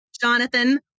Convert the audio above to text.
Jonathan